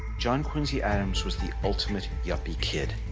john quincy adams was the ultimate yuppie kid,